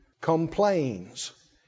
complains